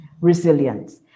resilience